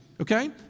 okay